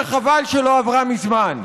שחבל שלא עברה מזמן.